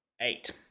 Eight